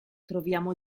troviamo